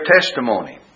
testimony